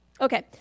Okay